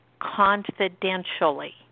confidentially